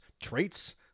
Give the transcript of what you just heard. traits